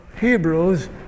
Hebrews